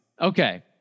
Okay